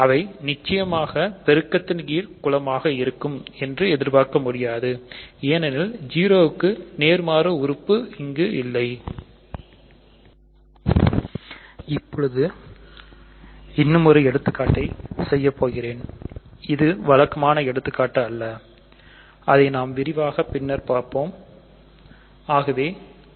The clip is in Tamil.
அவை நிச்சயமாக பெருக்கத்தின் கீழ் குலமாக இருக்கும் என்று எதிர்பார்க்க முடியாது ஏனெனில் 0 க்கு நேர்மாறு உறுப்பு இல்லை இப்பொழுது இன்னுமொரு எடுத்துக்காட்டை செய்யப்போகிறேன் அது வழக்கமான எடுத்துக்காட்டு அல்லஅதை நாம் விரிவாக பின்னர் பார்க்கப் போகிறோம்